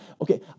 okay